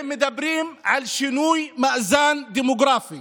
הם מדברים על שינוי מאזן דמוגרפי